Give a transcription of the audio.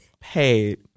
Paid